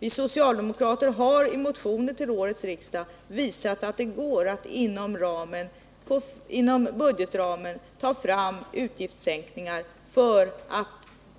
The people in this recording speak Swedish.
Vi socialdemokrater har i motioner till årets riksdag visat, att det går att inom budgetramen åstadkomma utgiftssänkningar för att